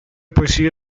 poesie